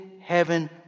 heaven